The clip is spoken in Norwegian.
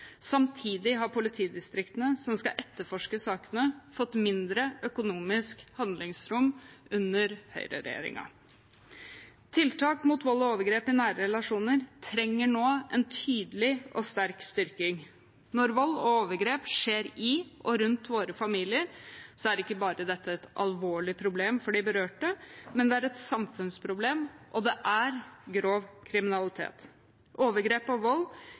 Samtidig har politidistriktene som skal etterforske sakene, fått mindre økonomisk handlingsrom under høyreregjeringen. Tiltak mot vold og overgrep i nære relasjoner trenger nå en tydelig og sterk styrking. Når vold og overgrep skjer i og rundt våre familier, er ikke dette bare et alvorlig problem for de berørte, men det er et samfunnsproblem, og det er grov kriminalitet. Overgrep og vold